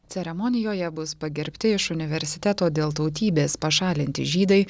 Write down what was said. ceremonijoje bus pagerbti iš universiteto dėl tautybės pašalinti žydai